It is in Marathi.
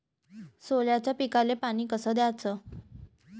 सोल्याच्या पिकाले पानी कस द्याचं?